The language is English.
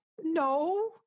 no